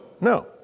No